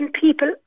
people